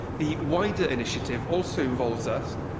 the wider initiative also involves us,